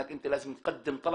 אמנם בטפטוף,